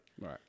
Right